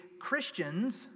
Christians